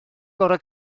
gorfod